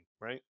right